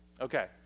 Okay